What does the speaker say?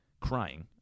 crying